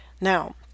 Now